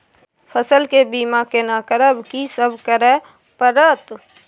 फसल के बीमा केना करब, की सब करय परत?